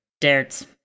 Darts